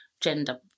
gender